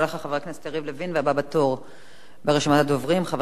הבא בתור ברשימת הדוברים, חבר הכנסת נסים זאב.